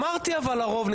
דיברתי על הרוב.